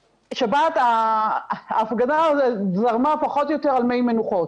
שבת, ההפגנה זרמה פחות או יותר על מי מנוחות.